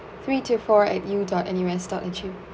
three two four at u dot N U S dot edu